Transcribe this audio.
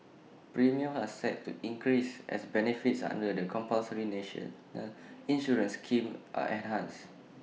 premiums are set to increase as benefits under the compulsory national insurance scheme are enhanced